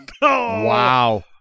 Wow